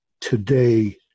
today